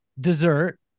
dessert